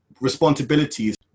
responsibilities